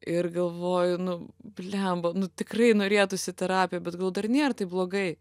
ir galvoju nu bliamba nu tikrai norėtųs į terapiją bet gal dar nėr taip blogai